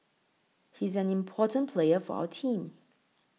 he's an important player for our team